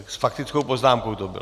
S faktickou poznámkou to bylo?